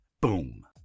Boom